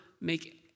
make